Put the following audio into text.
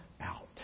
out